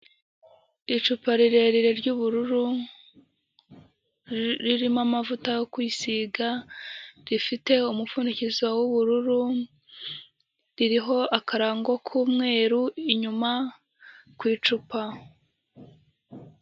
Icupa rirerire ry'ubururu, ririmo amavuta yo kwisiga, rifite umupfundikizo w'ubururu, ririho akarango k'umweru inyuma ku icupa.